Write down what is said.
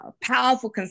powerful